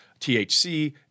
THC